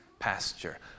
pasture